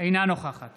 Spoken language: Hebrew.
אינה נוכחת